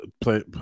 play